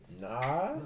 Nah